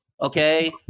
okay